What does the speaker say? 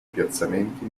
piazzamenti